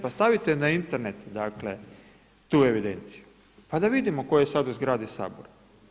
Pa stavite na Internet dakle tu evidenciju pa da vidimo tko je sada u zgradi Sabora.